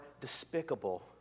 despicable